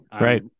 Right